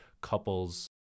couples